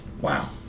wow